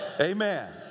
Amen